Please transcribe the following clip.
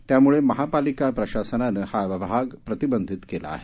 त्यामुळे महापालिका प्रशासनानं हा भाग प्रतिबंधित केला आहे